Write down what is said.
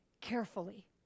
carefully